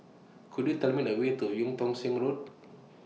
Could YOU Tell Me The Way to EU Tong Sen Road